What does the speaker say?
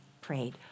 prayed